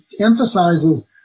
emphasizes